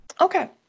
Okay